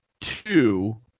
Two